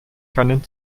keinen